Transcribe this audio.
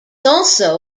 also